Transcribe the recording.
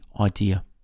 idea